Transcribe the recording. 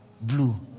blue